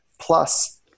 plus